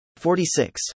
46